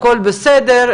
הכול בסדר,